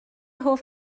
hoff